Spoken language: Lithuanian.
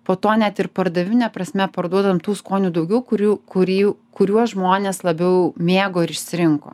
po to net ir pardavimine prasme parduodam tų skonių daugiau kurių kurių kuriuos žmonės labiau mėgo ir išsirinko